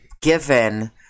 given